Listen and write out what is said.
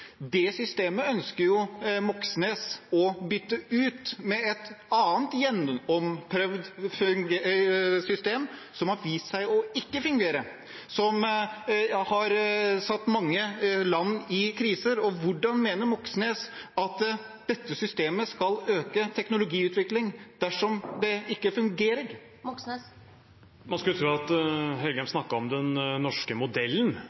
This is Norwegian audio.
Det systemet ønsker representanten Moxnes å bytte ut med et annet gjennomprøvd system – som har vist seg ikke å fungere, som har satt mange land i krise. Hvordan mener representanten Moxnes at dette systemet skal øke teknologiutvikling, dersom det ikke fungerer? Man skulle tro at representanten Engen-Helgheim snakket om den norske modellen